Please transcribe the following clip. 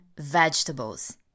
vegetables